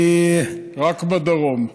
רק בדרום.